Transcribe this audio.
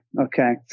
Okay